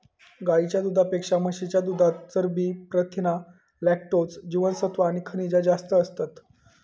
गाईच्या दुधापेक्षा म्हशीच्या दुधात चरबी, प्रथीना, लॅक्टोज, जीवनसत्त्वा आणि खनिजा जास्त असतत